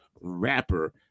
rapper